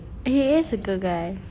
he is a good guy